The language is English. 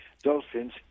dolphins